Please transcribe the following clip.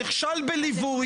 נכשל בליווי,